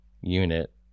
unit